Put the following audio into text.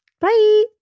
Bye